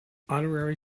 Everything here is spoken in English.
honorary